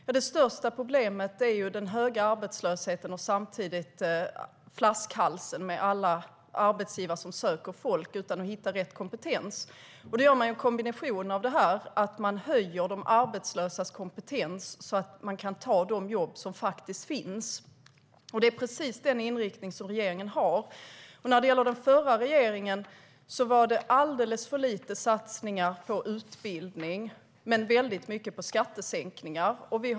Ja, det största problemet är den höga arbetslösheten och samtidigt flaskhalsen med alla arbetsgivare som söker folk utan att hitta rätt kompetens. Då gör man en kombination av det här. Man höjer de arbetslösas kompetens så att de kan ta de jobb som faktiskt finns. Det är precis den inriktning som regeringen har. När det gäller den förra regeringen var det alldeles för lite satsningar på utbildning men väldigt mycket på skattesänkningar.